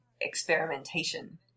experimentation